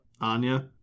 Anya